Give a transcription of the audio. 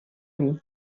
lui